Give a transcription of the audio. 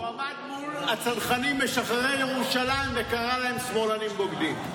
הוא עמד מול הצנחנים משחררי ירושלים וקרא להם "שמאלנים בוגדים".